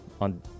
on